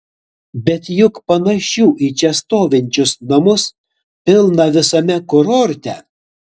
bet juk panašių į čia stovinčius namus pilna visame kurorte